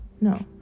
No